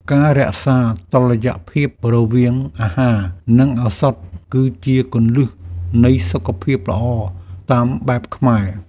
ការរក្សាតុល្យភាពរវាងអាហារ និងឱសថ គឺជាគន្លឹះនៃសុខភាពល្អតាមបែបខ្មែរ។